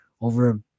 over